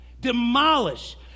Demolish